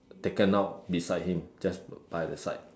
taken out beside him just by the side